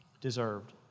deserved